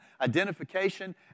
identification